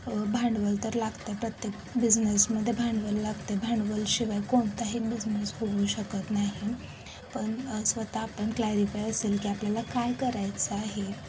भांडवल तर लागतं प्रत्येक बिझनेसमध्ये भांडवल लागते भांडवलशिवाय कोणताही बिझनेस होऊ शकत नाही पण स्वत आपण क्लॅरिफाय असेल की आपल्याला काय करायचं आहे